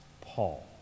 Paul